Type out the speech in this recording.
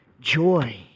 joy